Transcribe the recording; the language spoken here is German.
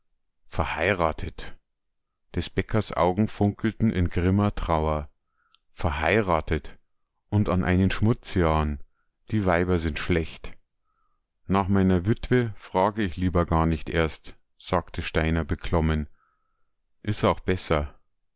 verheiratet des bäckers augen funkelten in grimmer trauer verheiratet und an einen schmutzian die weiber sind schlecht nach meiner witwe frage ich lieber gar nich erst sagte steiner beklommen is auch besser